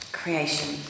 creation